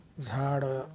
झाडं